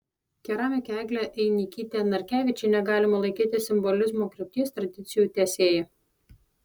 keramikę eglę einikytę narkevičienę galima laikyti simbolizmo krypties tradicijų tęsėja